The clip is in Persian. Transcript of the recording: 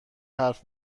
حرف